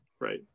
right